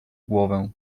głowę